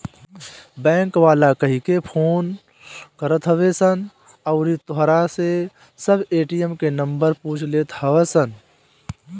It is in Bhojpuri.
बैंक वाला कहिके फोन करत हवे सन अउरी तोहरा से सब ए.टी.एम के नंबर पूछ लेत हवन सन